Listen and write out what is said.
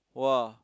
!wah!